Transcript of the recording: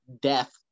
death